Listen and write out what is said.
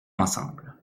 ensemble